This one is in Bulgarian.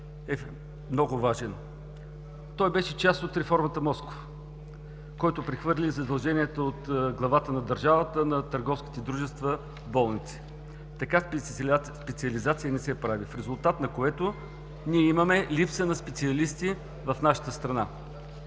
е много важен. Той беше част от реформата „Москов“, който прехвърли задълженията от главата на държавата на търговските дружества – болници. Така специализация не се прави! В резултат на което имаме липса на специалисти в нашата страна.